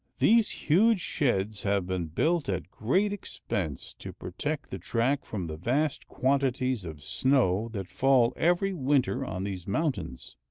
these huge sheds have been built at great expense to protect the track from the vast quantities of snow that fall every winter on these mountains.